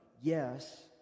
yes